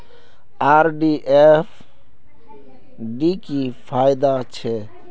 RD आर FD की फ़ायदा छे?